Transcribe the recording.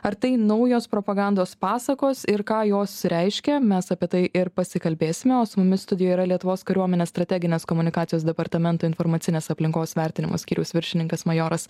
ar tai naujos propagandos pasakos ir ką jos reiškia mes apie tai ir pasikalbėsime o su mumis studijoj yra lietuvos kariuomenės strateginės komunikacijos departamento informacinės aplinkos vertinimo skyriaus viršininkas majoras